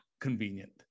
convenient